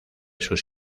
sus